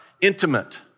intimate